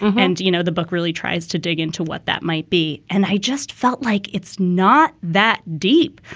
and, you know, the book really tries to dig into what that might be. and i just felt like it's not that deep.